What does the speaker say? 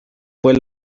fue